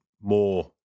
more